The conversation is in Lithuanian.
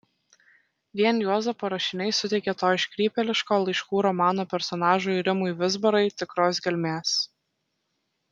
vien juozapo rašiniai suteikė to iškrypėliško laiškų romano personažui rimui vizbarai tikros gelmės